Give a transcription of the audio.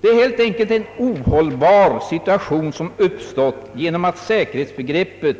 Det är helt enkelt en ohållbar situation som uppstått genom att säkerhetsbegreppet